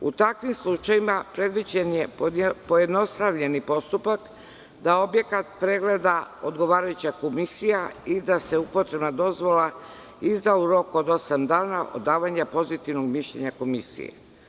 U takvim slučajevima predviđen je pojednostavljeni postupak, da objekat pregleda odgovarajuća komisija i da se upotrebna dozvola izda u roku od osam dana od davanja pozitivnog mišljenja komisije.